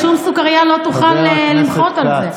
ושום סוכרייה לא תוכל למחות את זה.